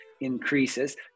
increases